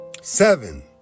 seven